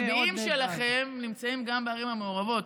המצביעים שלכם נמצאים גם בערים המעורבות,